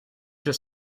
just